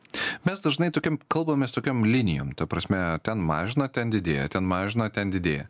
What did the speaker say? mes dažnai tokiom kalbamės tokiom linijom ta prasme ten mažina ten didėja ten mažina ten didėja